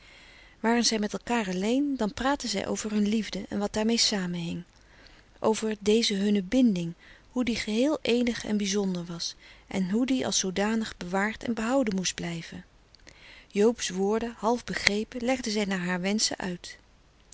waren zij met elkaar alleen dan praatten zij over hun liefde en wat daarmee samenhing over deze hunne binding hoe die geheel eenig en bizonder was en hoe die als zoodanig bewaard en behouden moest blijven joobs woorden half begrepen legde zij naar haar wenschen uit